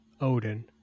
Odin